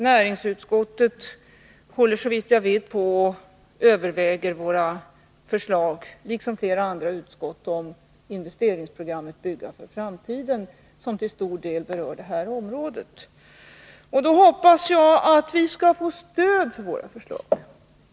Näringsutskottet liksom flera andra utskott håller, såvitt jag vet, på och överväger våra förslag om investeringsprogrammet Bygga för framtiden, som till stor del berör detta område. Då hoppas jag att vi får stöd för våra förslag.